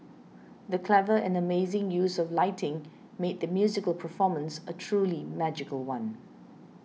the clever and amazing use of lighting made the musical performance a truly magical one